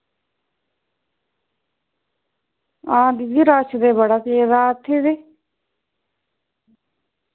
हां दीदी रश ते बड़ा पेदा इत्थें ते